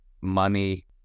money